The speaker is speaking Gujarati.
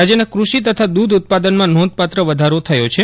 રાજ્યના કૃષિ તથા દૂધ ઉત્પાદનમાં નોંધપાત્ર વધારો થયો છે